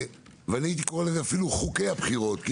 אני הייתי קורא לזה אפילו חוקי הבחירות כי